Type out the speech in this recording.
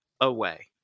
away